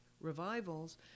revivals